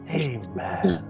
amen